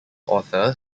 author